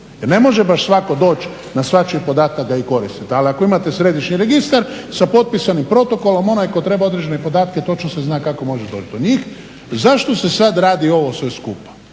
jer ne može baš svatko doći na svačiji podatak i koristit ga. Ali ako imate središnji registar sa potpisom i protokolom onaj tko treba određene podatke točno se zna kako može doći do njih. Zašto se sad radi sve skupa?